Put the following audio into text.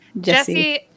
Jesse